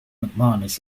mcmanus